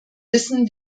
wissen